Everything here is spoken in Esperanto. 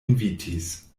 invitis